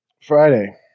Friday